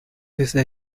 desde